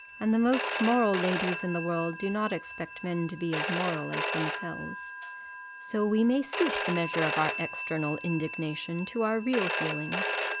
and the most moral ladies in the world do not expect men to be as moral as themselves so we may suit the measure of our external indignation to our real feelings.